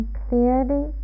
clearly